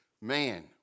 Man